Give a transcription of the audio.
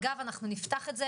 אגב אנחנו נפתח את זה